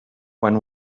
when